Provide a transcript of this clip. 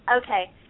Okay